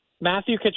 Matthew